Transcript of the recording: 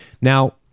Now